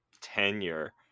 tenure